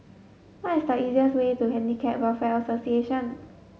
what is the easiest way to Handicap Welfare Association